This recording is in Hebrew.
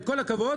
עם כל הכבוד,